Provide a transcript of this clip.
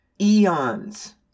eons